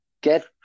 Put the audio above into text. get